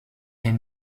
est